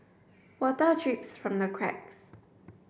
water drips from the cracks